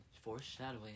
foreshadowing